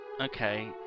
Okay